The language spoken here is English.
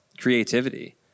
creativity